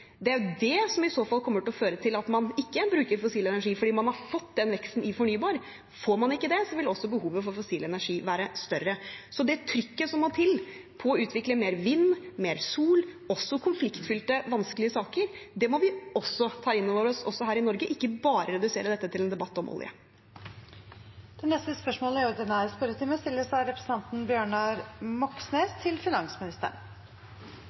Det er jo det som i så fall kommer til å føre til at man ikke bruker fossil energi, fordi man har fått den veksten i fornybar. Får man ikke det, vil også behovet for fossil energi være større. Det trykket som må til på å utvikle mer vind- og solenergi – også konfliktfylte og vanskelige saker – må vi også ta inn over oss her i Norge og ikke bare redusere dette til en debatt om